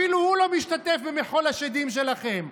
אפילו הוא לא משתתף במחול השדים שלכם.